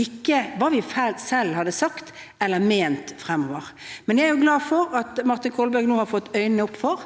ikke hva vi selv hadde sagt eller ment fremover. Men jeg er jo glad for at Martin Kolberg nå har fått øynene opp for